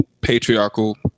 patriarchal